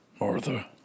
Martha